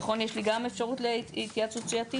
נכון יש לי גם אפשרות להתייעצות סיעתית?